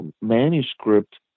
manuscript